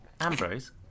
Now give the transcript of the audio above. Ambrose